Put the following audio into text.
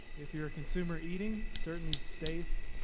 if you re a consumer eating, certainly safe,